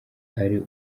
ari